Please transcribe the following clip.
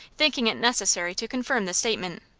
thinking it necessary to confirm the statement.